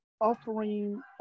offering